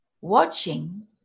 Watching